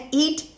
eat